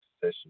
session